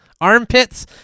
armpits